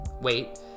wait